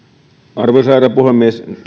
arvoisa herra puhemies